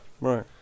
Right